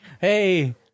Hey